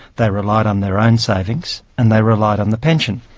they relied on their own savings and they relied on the pension.